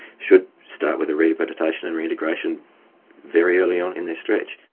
should start with the rehabilitation and reintegration very early on in their stretch.